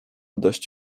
dość